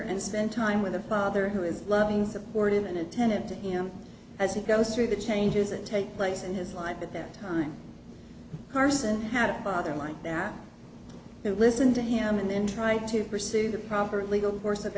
and spend time with a father who is loving supportive and attentive to you know as he goes through the changes that take place in his life at that time carson had a father like that who listened to him and then tried to pursue the proper legal course of